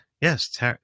yes